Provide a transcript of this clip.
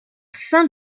saint